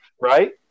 Right